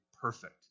perfect